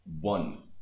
one